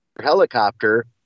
helicopter